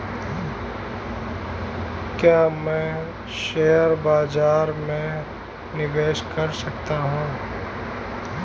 क्या मैं शेयर बाज़ार में निवेश कर सकता हूँ?